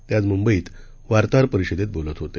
ते आज मुंबईत वार्ताहर परिषदेत बोलत होते